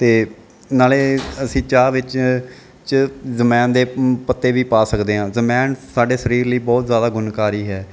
ਅਤੇ ਨਾਲੇ ਅਸੀਂ ਚਾਹ ਵਿੱਚ 'ਚ ਜਮੈਣ ਦੇ ਪੱਤੇ ਵੀ ਪਾ ਸਕਦੇ ਹਾਂ ਜਮੈਣ ਸਾਡੇ ਸਰੀਰ ਲਈ ਬਹੁਤ ਜ਼ਿਆਦਾ ਗੁਣਕਾਰੀ ਹੈ